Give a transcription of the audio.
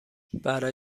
برا